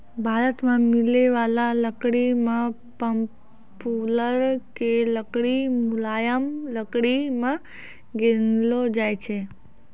भारत मॅ मिलै वाला लकड़ी मॅ पॉपुलर के लकड़ी मुलायम लकड़ी मॅ गिनलो जाय छै